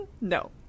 No